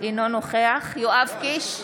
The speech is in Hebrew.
בעד יואב קיש,